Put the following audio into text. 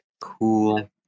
Cool